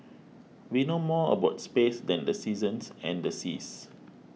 we know more about space than the seasons and the seas